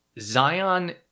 Zion